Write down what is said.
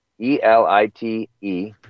E-L-I-T-E